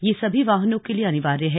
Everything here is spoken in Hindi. यह सभी वाहनों के लिए अनिवार्य है